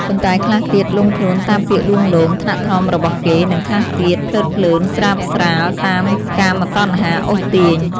ប៉ុន្តែខ្លះទៀតលង់ខ្លួនតាមពាក្យលួងលោម ថ្នាក់ថ្នមរបស់គេ និងខ្លះទៀតភ្លើតភ្លើនស្រើបស្រាលតាមកាមតណ្ហាអូសទាញ ។